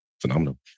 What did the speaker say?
phenomenal